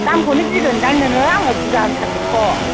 दामखौनो गिगोनखोमा नोङो आङो बुरजा होनथारगोनथ'